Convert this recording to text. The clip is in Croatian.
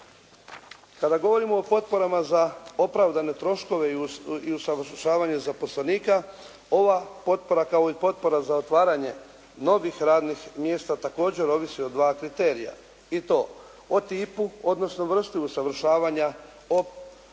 Kada govorimo o potporama za opravdane troškove i usavršavanje zaposlenika. Ova potpora kao i potpora za otvaranje novih radnih mjesta također ovisi o dva kriterija. I to o tipu, odnosno vrsti usavršavanja,